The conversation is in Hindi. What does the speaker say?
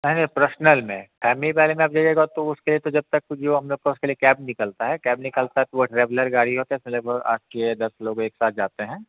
अरे प्रसनल में अमीबारे में आप जाएगा तो उसके लिए तो जो है कैब निकलता है कैब निकलता है तो वह ट्रेवलर गाड़ियों यह दस लोग एक साथ जाते हैं